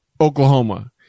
Oklahoma